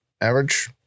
average